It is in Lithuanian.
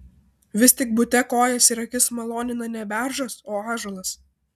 vis tik bute kojas ir akis malonina ne beržas o ąžuolas